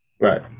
Right